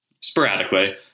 sporadically